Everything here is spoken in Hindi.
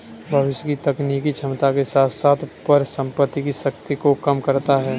भविष्य की तकनीकी क्षमता के साथ साथ परिसंपत्ति की शक्ति को कम करता है